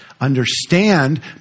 understand